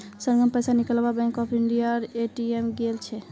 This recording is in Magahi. सरगम पैसा निकलवा बैंक ऑफ इंडियार ए.टी.एम गेल छ